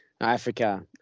Africa